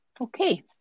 okay